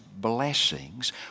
blessings